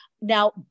now